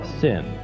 sin